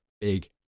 big